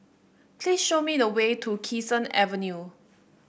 please show me the way to Kee Sun Avenue